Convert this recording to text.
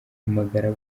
bahamagara